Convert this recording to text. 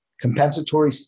compensatory